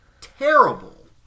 Terrible